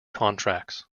contracts